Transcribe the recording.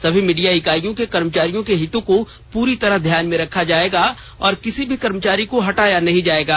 सभी मीडिया इकाईयों के कर्मचारियों के हितों को पूरी तरह ध्यान में रखा जाएगा और किसी भी कर्मचारी को हटाया नहीं जाएगा